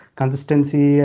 consistency